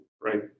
right